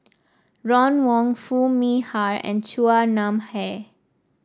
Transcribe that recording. Ron Wong Foo Mee Har and Chua Nam Hai